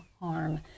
harm